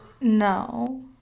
No